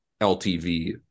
LTV